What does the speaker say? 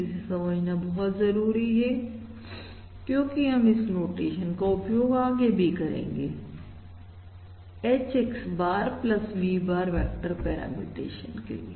इसे समझना बहुत जरूरी है क्योंकि हम इस नोटेशन का उपयोग आगे भी करेंगे H X bar V bar vector parameter estimation के लिए